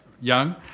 young